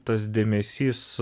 tas dėmesys